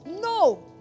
No